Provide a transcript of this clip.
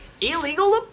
illegal